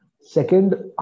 Second